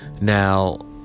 now